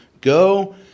Go